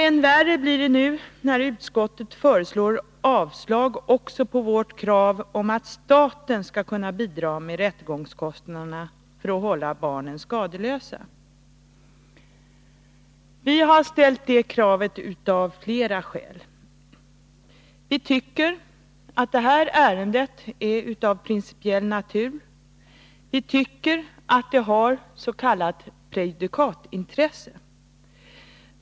Än värre blir det när nu utskottet yrkar avslag också på vårt krav att staten skall bidra med rättegångskostnaderna för att hålla barnen skadeslösa. Vi har ställt detta vårt krav av flera skäl. Vi tycker att ärendet är av principiell natur och att det har ett s.k. prejudikatintresse.